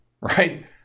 right